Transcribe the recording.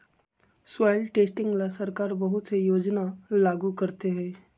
soil testing ला सरकार बहुत से योजना लागू करते हई